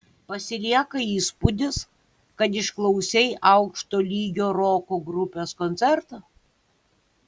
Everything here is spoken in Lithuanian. pasilieka įspūdis kad išklausei aukšto lygio roko grupės koncertą